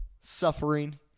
Suffering